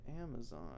Amazon